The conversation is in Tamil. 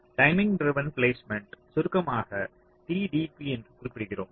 டைமிங் டிரைவன் பிளேஸ்மென்ட் சுருக்கமாகக் TDP என்று குறிப்பிடுகிறோம்